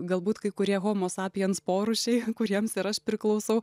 galbūt kai kurie homo sapiens porūšiai kuriems ir aš priklausau